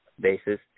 basis